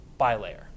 bilayer